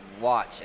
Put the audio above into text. watch